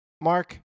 Mark